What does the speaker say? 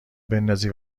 بندازی